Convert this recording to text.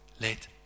Let